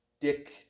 Dick